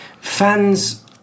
Fans